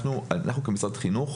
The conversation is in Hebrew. אנחנו במשרד החינוך